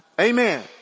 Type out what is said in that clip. Amen